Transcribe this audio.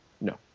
No